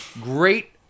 great